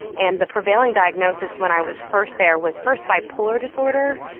and the prevailing diagnosis when i was first there was first bipolar disorder,